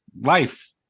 life